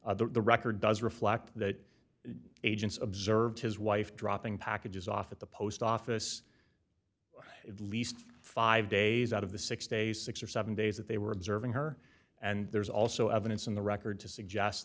the record does reflect that agent's observed his wife dropping packages off at the post office at least five days out of the six days six or seven days that they were observing her and there's also evidence in the record to suggest